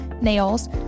nails